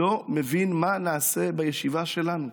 לא מבין מה נעשה בישיבה שלנו.